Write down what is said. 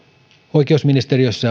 oikeusministeriössä